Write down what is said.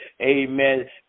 amen